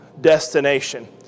destination